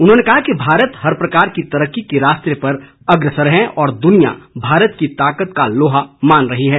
उन्होंने कहा कि भारत हर प्रकार की तरक्की के रास्ते पर अग्रसर है और दुनिया भारत की ताकत का लोहा मान रही है